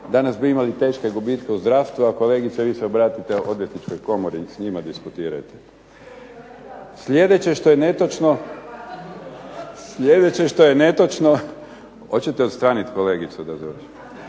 danas bi imali teške gubitke u zdravstvu. A kolegice vi se obratite Odvjetničkoj komori s njima diskutirajte. Sljedeće što je netočno kaže kolega Mrsić kaže da ne